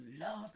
love